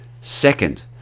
Second